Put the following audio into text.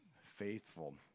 faithful